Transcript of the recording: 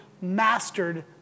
mastered